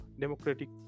democratic